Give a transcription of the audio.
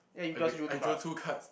eh wait I drew two cards